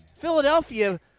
Philadelphia